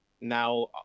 Now